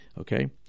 Okay